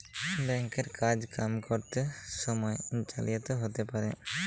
bank এর কাজ কাম ক্যরত সময়ে জালিয়াতি হ্যতে পারে